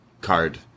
card